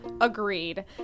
Agreed